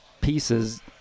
pieces